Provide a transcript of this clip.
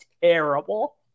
terrible